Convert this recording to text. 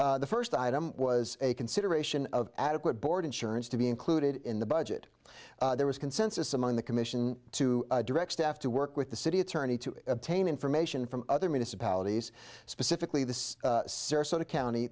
business the first item was a consideration of adequate board insurance to be included in the budget there was consensus among the commission to direct staff to work with the city attorney to obtain information from other municipalities specifically the sarasota county